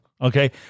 Okay